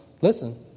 Listen